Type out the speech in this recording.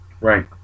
Right